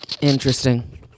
Interesting